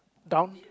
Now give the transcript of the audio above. down